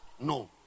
No